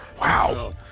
wow